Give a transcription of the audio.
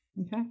Okay